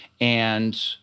and-